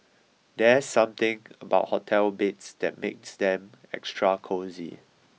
there's something about hotel beds that makes them extra cosy